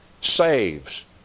saves